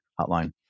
hotline